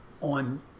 on